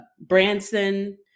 Branson